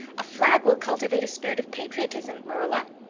a flag will cultivate a spirit of patriotism, marilla.